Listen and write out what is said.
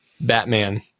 Batman